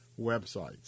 websites